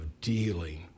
dealing